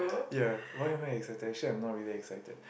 ya why why I'm not really excited